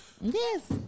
Yes